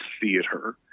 theater